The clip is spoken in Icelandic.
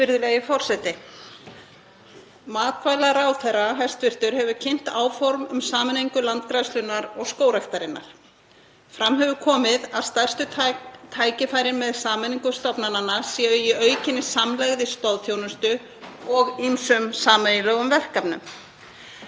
Virðulegi forseti. Hæstv. matvælaráðherra hefur kynnt áform um sameiningu Landgræðslunnar og Skógræktarinnar. Fram hefur komið að stærstu tækifærin með sameiningu stofnananna séu í aukinni samlegð í stoðþjónustu og ýmsum sameiginlegum verkefnum.